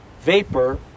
vapor